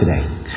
today